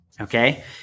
Okay